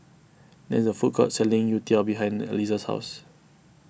there is a food court selling Youtiao behind Eliezer's house